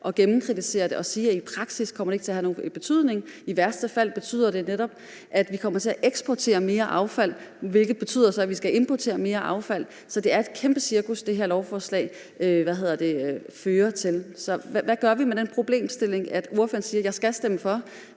at gennemkritisere det og sige, at i praksis kommer det ikke til at have nogen betydning? I værste fald betyder det netop, at vi kommer til at eksportere mere affald, hvilket så betyder, at vi skal importere mere affald. Så det er et kæmpe cirkus, det her lovforslag fører til. Så hvad gør vi med den problemstilling, at ordføreren siger, at han skal stemme for,